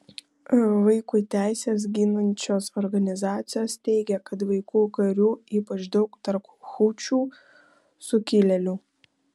vaikų teises ginančios organizacijos teigia kad vaikų karių ypač daug tarp hučių sukilėlių